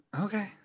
Okay